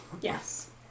Yes